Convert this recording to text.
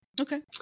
Okay